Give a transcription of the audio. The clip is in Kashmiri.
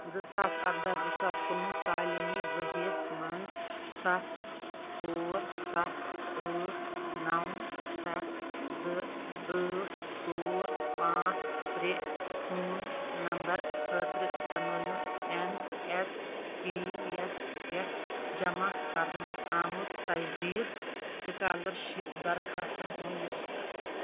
زٕ ساس اَرداه زٕ ساس کُنہٕ وُہ تعالیٖمی ؤرِیَس منٛز سَتھ ژور سَتھ ٲٹھ نَو سَتھ زٕ ٲٹھ ژور پانٛژھ ترٛےٚ فون نَمبَر خٲطرٕ بنٲیِو اٮ۪ن اٮ۪س پی یَس پٮ۪ٹھ جمع کَرنہٕ آمُت تجدیٖد سِکالَر شِپ دَرخاستَن ہُنٛد لِسٹ